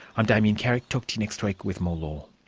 i'm damien carrick, talk to you next week with more law